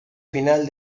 final